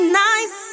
nice